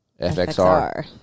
FXR